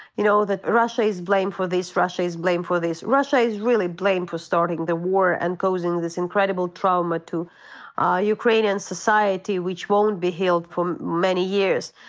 you know, that russia is blamed for this, russia is blamed for this. russia is really blamed for starting the war and goes into this incredible trauma to ukrainian society which which won't be healed for many years,